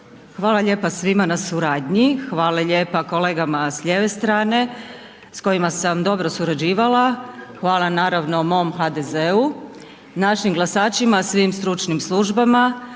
Hvala lijepa svima na suradnji, hvala lijepa kolegama s lijeve strane s kojima sam dobro surađivala, hvala naravno mom HDZ-u, našim glasačima, svim stručnim službama.